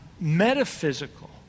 metaphysical